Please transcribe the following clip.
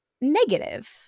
negative